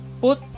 put